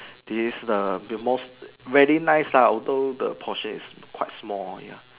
this the the more very nice lah although the portion is quite small ya